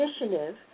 Initiative